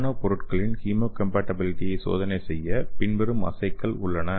நானோ பொருட்களின் ஹீமோகாம்பாட்டிபிலிட்டியை சோதனை செய்ய பின்வரும் அஸ்ஸேக்கள் உள்ளன